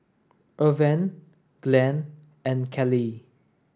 Irven Glenn and Callie